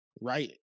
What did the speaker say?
right